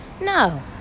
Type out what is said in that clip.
No